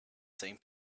same